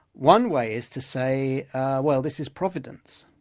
one way is to say, ah well, this is providence,